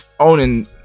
owning